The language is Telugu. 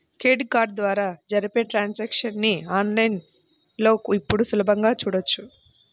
క్రెడిట్ కార్డు ద్వారా జరిపే ట్రాన్సాక్షన్స్ ని ఆన్ లైన్ లో ఇప్పుడు సులభంగా చూడొచ్చు